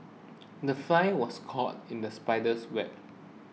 the fly was caught in the spider's web